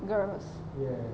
girls